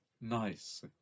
nice